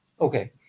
okay